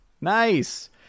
Nice